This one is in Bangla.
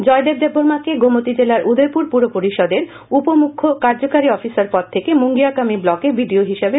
জয়দেব দেব্বর্মা কে গোমতী জেলার উদয়পুর পুর পরিষদের উপমুখ্য কার্যকরী অফিসার পদ থেকে মুঙ্গিয়াকামী ব্লকে বিডিও হিসেবে